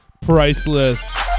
priceless